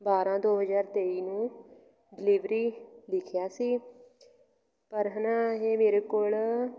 ਬਾਰਾਂ ਦੋ ਹਜ਼ਾਰ ਤੇਈ ਨੂੰ ਡਿਲੀਵਰੀ ਲਿਖਿਆ ਸੀ ਪਰ ਹੈ ਨਾ ਇਹ ਮੇਰੇ ਕੋਲ